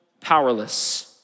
powerless